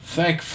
Thank